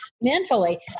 mentally